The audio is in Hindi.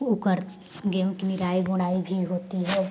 उकर गेंहू की निराई गुड़ाई भी होती है